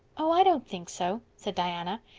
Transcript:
oh, i don't think so, said diana.